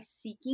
seeking